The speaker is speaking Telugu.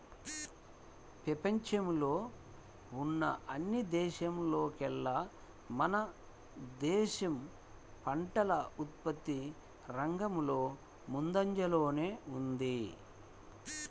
పెపంచంలో ఉన్న అన్ని దేశాల్లోకేల్లా మన దేశం పంటల ఉత్పత్తి రంగంలో ముందంజలోనే ఉంది